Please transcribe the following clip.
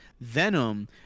Venom